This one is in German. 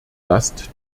last